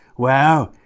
wow.